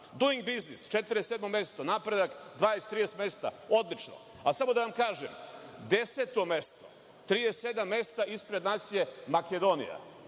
Duing biznis, 47 mesto, napredak za 20, 30 mesta odlično. Odmah da vam kažem 10 mesto, 37 mesta ispred nas je Makedonija.